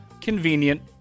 convenient